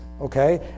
okay